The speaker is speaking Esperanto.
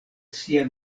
sia